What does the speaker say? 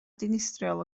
dinistriol